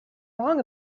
wrong